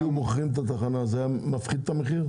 אם היו מוכרים את התחנה, זה היה מפחית את המחיר?